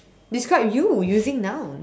describe you using nouns